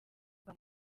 bwa